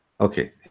Okay